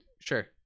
Sure